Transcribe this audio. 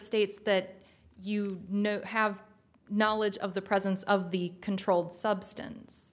states that you know have knowledge of the presence of the controlled substance